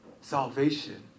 salvation